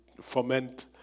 foment